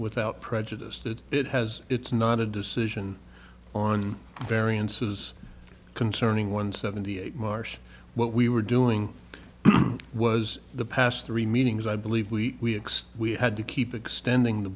without prejudice that it has it's not a decision on variances concerning one seventy eight marcia what we were doing was the past three meetings i believe we we had to keep extending the